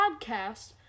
podcast